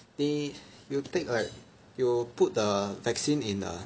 你 you take like you put the vaccine in the